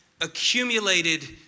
accumulated